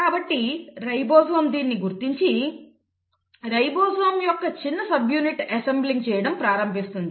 కాబట్టి రైబోజోమ్ దీనిని గుర్తించి రైబోజోమ్ యొక్క చిన్న సబ్యూనిట్ అసెంబ్లింగ్ చేయడం ప్రారంభిస్తుంది